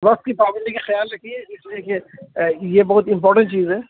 وقت کی پابندی کا خیال رکھیے اس لیے کہ یہ بہت امپوٹنٹ چیز ہے